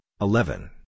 eleven